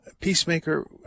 peacemaker